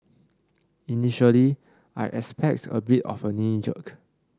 initially I expect a bit of a knee jerk